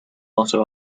also